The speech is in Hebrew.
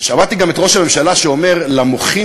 שמעתי גם את ראש הממשלה אומר למוחים